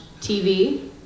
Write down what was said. TV